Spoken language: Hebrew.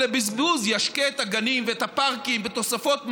אלא לבזבוז: ישקה את הגנים ואת הפארקים בתוספות מים,